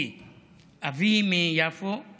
כי אבי מיפו,